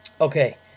Okay